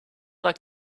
like